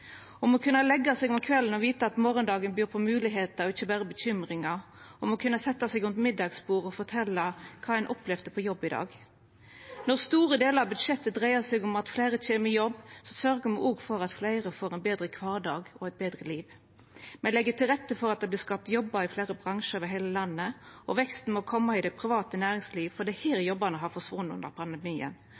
å kunne leggja seg om kvelden og vita at morgondagen byr på moglegheiter og ikkje berre bekymringar, om å kunna setja seg rundt middagsbordet og fortelja kva ein opplevde på jobb i dag. Når store delar av budsjettet dreier seg om at fleire kjem i jobb, sørgjer me òg for at fleire får ein betre kvardag og eit betre liv. Me legg til rette for at det vert skapt jobbar i fleire bransjar over heile landet. Veksten må koma i det private næringslivet, for det er her jobbane har forsvunne under pandemien,